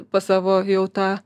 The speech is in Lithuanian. pas savo jau tą